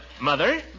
Mother